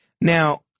Now